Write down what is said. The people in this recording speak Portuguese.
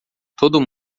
todo